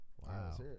Wow